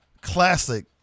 classic